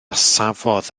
safodd